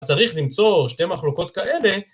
צריך למצוא שתי מחלוקות כאלה.